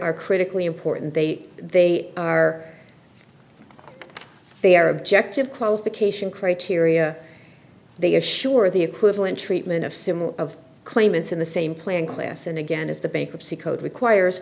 are critically important they they are they are objective qualification criteria they assure the equivalent treatment of similar of claimants in the same plan class and again as the bankruptcy code requires